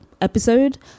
episode